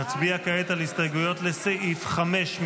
נצביע כעת על הסתייגויות לסעיף 05,